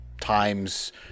Times